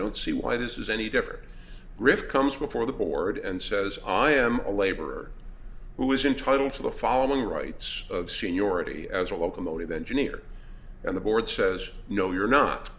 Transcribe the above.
don't see why this is any different riff comes before the board and says i am a laborer who is entitle to the following rights of seniority as a locomotive engineer and the board says no you're not